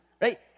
right